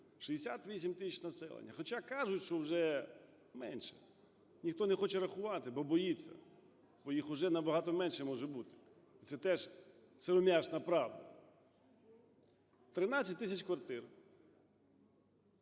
68 тисяч населення. Хоча кажуть, що вже менше, ніхто не хоче рахувати, бо боїться, бо їх вже набагато менше може бути – це теж сиром'ятна правда. 13 тисяч квартир,